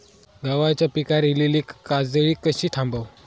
गव्हाच्या पिकार इलीली काजळी कशी थांबव?